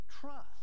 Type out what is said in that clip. trust